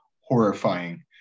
horrifying